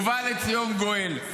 ובא לציון גואל.